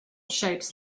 shapes